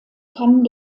kann